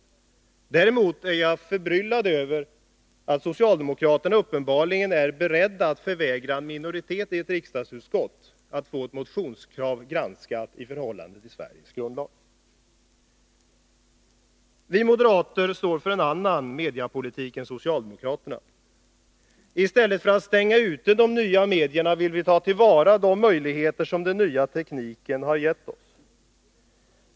Däremot är jag förbryllad över att socialdemokraterna uppenbarligen är beredda att förvägra en minoritet i ett riksdagsutskott att få ett motionskrav granskat i förhållande till Sveriges grundlagar. Vi moderater står för en annan mediepolitik än socialdemokraterna. I stället för att stänga ute de nya medierna vill vi ta till vara de möjligheter som den nya tekniken har gett oss.